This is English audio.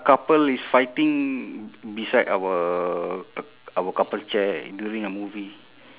couple is fighting beside our our couple chair during a movie